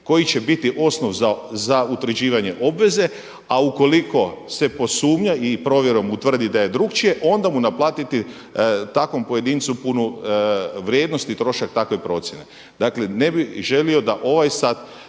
koji će biti osnov za utvrđivanje obveze, a ukoliko se posumnja i provjerom utvrdi da je drukčije, onda mu naplatiti takvom pojedincu punu vrijednost i trošak takve procjene. Dakle, ne bih želio da ova dva